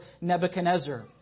Nebuchadnezzar